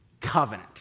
covenant